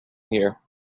here